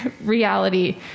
reality